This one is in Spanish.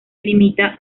limita